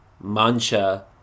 Mancha